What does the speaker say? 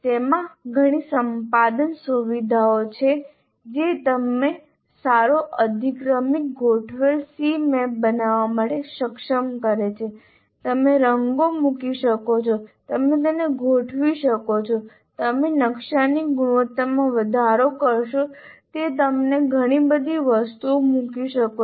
તેમાં ઘણી સંપાદન સુવિધાઓ છે જે તમને સારો અધિક્રમિક ગોઠવેલ Cmap બનાવવા માટે સક્ષમ કરે છે તમે રંગો મૂકી શકો છો તમે તેમને ગોઠવી શકો છો તમે નકશાની ગુણવત્તામાં વધારો કરશો તે તમને ઘણી બધી વસ્તુઓ મૂકી શકો છો